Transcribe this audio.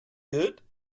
good